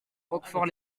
roquefort